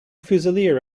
fusilier